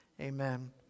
Amen